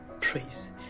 praise